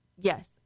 yes